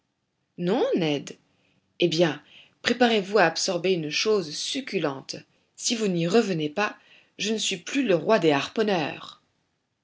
non ned eh bien préparez-vous à absorber une chose succulente si vous n'y revenez pas je ne suis plus le roi des harponneurs